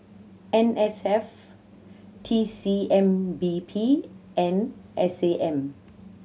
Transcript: N S F T C M B P and S A M